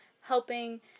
helping